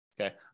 okay